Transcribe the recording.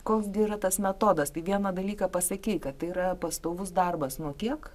koks gi yra tas metodas tai vieną dalyką pasakei kad tai yra pastovus darbas nuo kiek